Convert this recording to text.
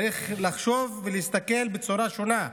צריך לחשוב ולהסתכל בצורה שונה,